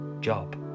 job